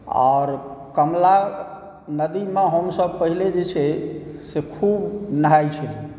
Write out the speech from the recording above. आर कमला नदीमे हमसब पहिले जे छै से खूब नहाइ छलहुँ